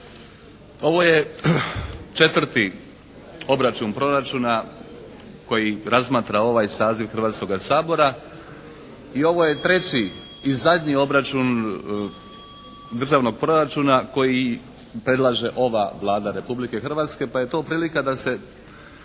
ovo je četvrti obračun Proračuna koji razmatra ovaj saziv Hrvatskoga sabora i ovo je treći i zadnji obračun Državnog proračuna koji predlaže ova Vlada Republike Hrvatske pa je to prilika da se